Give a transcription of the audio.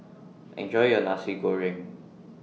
Enjoy your Nasi Goreng